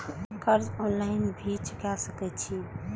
कर्जा ऑनलाइन भी चुका सके छी?